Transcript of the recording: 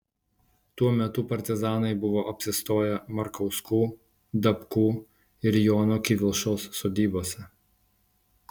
tuo metu partizanai buvo apsistoję markauskų dapkų ir jono kivilšos sodybose